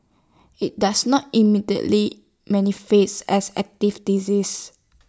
IT does not immediately manifest as active disease